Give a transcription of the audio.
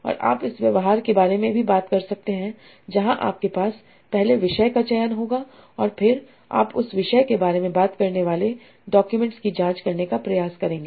और आप इस व्यवहार के बारे में भी बात कर सकते हैं जहां आपके पास पहले विषय का चयन होगा और फिर आप उस विषय के बारे में बात करने वाले डॉक्यूमेंट्स की जांच करने का प्रयास करेंगे